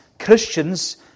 Christians